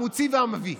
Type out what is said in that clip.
המוציא והמביא.